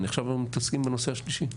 אנחנו עכשיו מתעסקים בנושא השלישי.